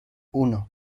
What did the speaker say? uno